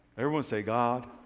everyone say, god.